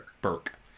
Burke